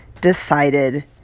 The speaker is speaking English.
decided